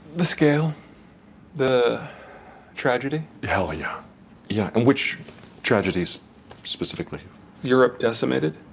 the scale the tragedy. hell yeah yeah. and which tragedies specifically europe decimated.